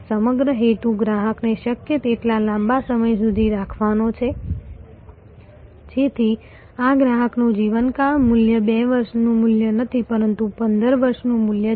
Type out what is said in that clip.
સમગ્ર હેતુ ગ્રાહકને શક્ય તેટલા લાંબા સમય સુધી રાખવાનો છે જેથી આ ગ્રાહકનું જીવનકાળ મૂલ્ય 2 વર્ષનું મૂલ્ય નથી પરંતુ 15 વર્ષનું મૂલ્ય છે